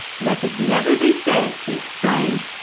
let it never be said he exclaimed,